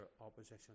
opposition